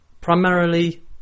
Primarily